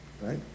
right